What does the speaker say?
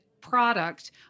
product